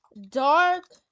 Dark